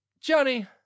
Johnny